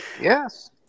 Yes